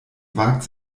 wagt